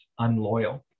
unloyal